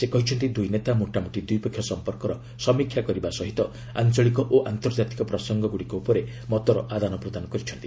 ସେ କହିଛନ୍ତି ଦୁଇ ନେତା ମୋଟାମୋଟି ଦ୍ୱିପକ୍ଷୀୟ ସମ୍ପର୍କର ସମୀକ୍ଷା କରିବା ସହିତ ଆଞ୍ଚଳିକ ଓ ଅନ୍ତର୍ଜାତୀୟ ପ୍ରସଙ୍ଗଗ୍ରଡ଼ିକ ଉପରେ ମତର ଆଦାନ ପ୍ରଦାନ କରିଛନ୍ତି